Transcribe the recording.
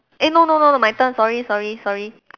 eh no no no my turn sorry sorry sorry